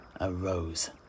arose